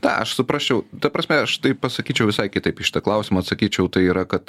tą aš suprasčiau ta prasme aš tai pasakyčiau visai kitaip į šitą klausimą atsakyčiau tai yra kad